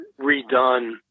redone